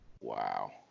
Wow